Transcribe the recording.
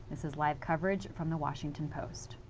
this is live coverage from the washington post.